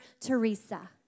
Teresa